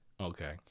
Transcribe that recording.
Okay